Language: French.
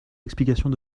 explications